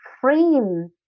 frame